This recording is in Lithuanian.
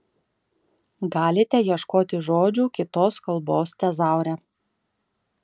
galite ieškoti žodžių kitos kalbos tezaure